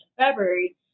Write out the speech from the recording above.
February